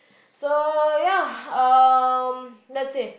so ya um that's it